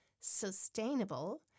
sustainable